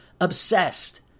obsessed